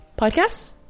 podcasts